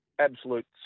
absolute